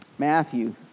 Matthew